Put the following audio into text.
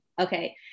okay